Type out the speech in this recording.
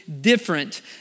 different